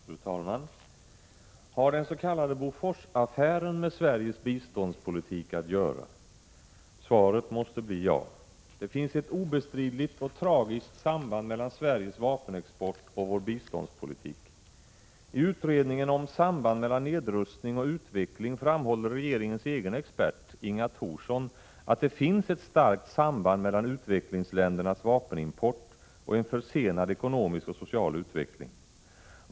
Fru talman! Har den s.k. Boforsaffären med Sveriges biståndspolitik att göra? Svaret måste bli ja. Det finns ett obestridligt och tragiskt samband mellan Sveriges vapenexport och vår biståndspolitik. I utredningen Samband mellan nedrustning och utveckling framhåller regeringens egen expert, Inga Thorsson, att det finns ett starkt samband mellan utvecklingsländernas vapenimport och en försenad ekonomisk och social utveckling.